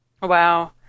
Wow